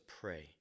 pray